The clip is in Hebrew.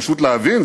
פשוט להבין,